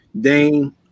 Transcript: Dane